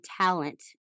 Talent